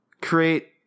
create